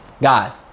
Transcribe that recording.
guys